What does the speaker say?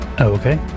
Okay